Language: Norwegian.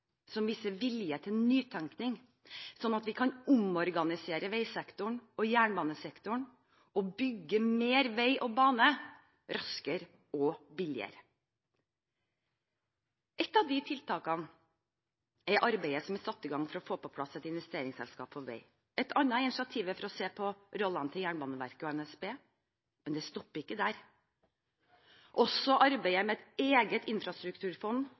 som viser vilje til nytenkning, slik at vi kan omorganisere veisektoren og jernbanesektoren og bygge mer vei og bane raskere og billigere. Ett av disse tiltakene er arbeidet som er satt i gang for å få på plass et investeringsselskap for vei. Et annet er initiativet for å se på rollene til Jernbaneverket og NSB. Men det stopper ikke der: Også arbeidet med et eget infrastrukturfond,